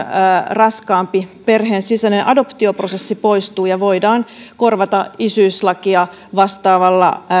raskaampi tapa perheen sisäinen adoptioprosessi poistuu ja se voidaan korvata isyyslakia vastaavalla